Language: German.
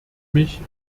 mich